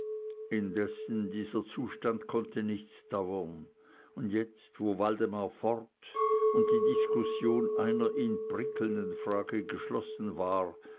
indessen dieser zustand konnte nicht dauern und jetzt wo waldemar fort und die diskussion einer ihn prickelnden frage geschlossen war